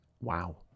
Wow